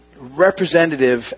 representative